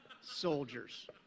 soldiers